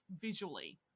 visually